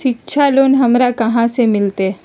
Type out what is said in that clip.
शिक्षा लोन हमरा कहाँ से मिलतै?